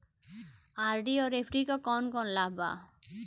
RD और FD क कौन कौन लाभ बा?